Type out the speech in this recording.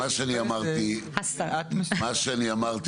שאני אמרתי